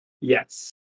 Yes